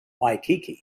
waikiki